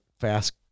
fast